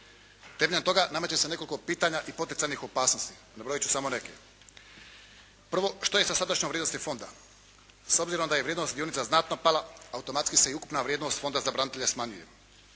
Temeljem toga nameće se nekoliko pitanja i poticajnih opasnosti. Nabrojit ću samo neke. Prvo, što je sa sadašnjom vrijednosti fonda s obzirom da je vrijednost dionica znatno pala automatski se i ukupna vrijednost fonda za branitelje smanjuje.